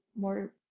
more